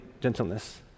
gentleness